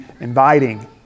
inviting